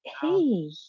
hey